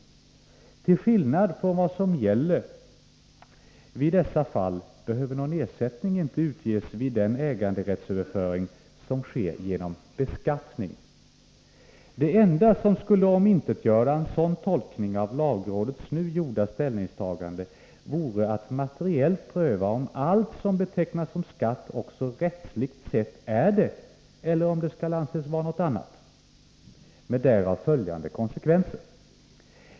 Till skillnad från vad som gäller vid dessa fall behöver någon ersättning inte utges vid den äganderättsöverföring som sker genom ”beskattning”. Det enda som skulle omintetgöra en sådan tolkning av lagrådets nu gjorda ställningstagande vore att materiellt pröva om allt som betecknas såsom skatt också rättsligt sett är det eller om det skall anses vara något annat — med därav följande konsekvenser.